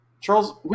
Charles